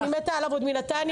אני מתה עליו עוד מנתניה,